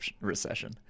recession